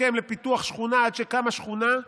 הסכם לפיתוח שכונה עד שקמה שכונה,